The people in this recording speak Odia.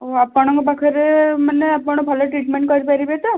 ଓ ଆପଣଙ୍କ ପାଖରେ ମାନେ ଆପଣ ଭଲ ଟ୍ରିଟମେଣ୍ଟ କରିପାରିବେ ତ